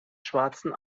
schwarzen